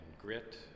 grit